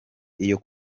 iyo